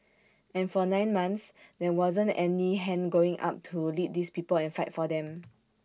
and for nine months there wasn't any hand going up to lead these people and fight for them